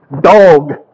dog